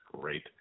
great